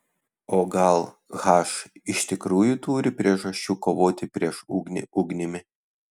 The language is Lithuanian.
o gal h iš tikrųjų turi priežasčių kovoti prieš ugnį ugnimi